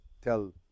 tell